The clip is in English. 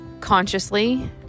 consciously